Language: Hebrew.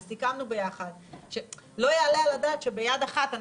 ואני בטוח שגם על זה חשבת,